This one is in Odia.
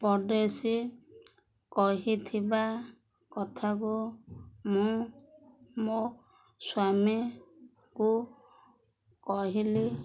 ପଡ଼େଶୀ କହିଥିବା କଥାକୁ ମୁଁ ମୋ ସ୍ୱାମୀଙ୍କୁ କହିଲି